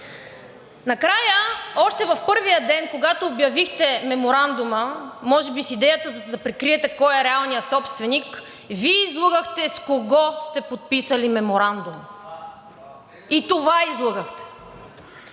Накрая още в първия ден, когато обявихте меморандума, може би с идеята да прикриете кой е реалният собственик, Вие излъгахте с кого сте подписали меморандум. И това излъгахте!